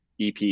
EP